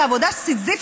ועבודה סיזיפית,